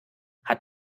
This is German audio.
hat